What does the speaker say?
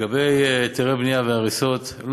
לגבי היתרי בנייה והריסות,